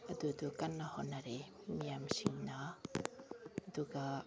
ꯑꯗꯨꯗꯨ ꯀꯟꯅ ꯍꯣꯠꯅꯔꯛꯏ ꯃꯤꯌꯥꯝꯁꯤꯡꯅ ꯑꯗꯨꯒ